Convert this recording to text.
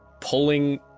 pulling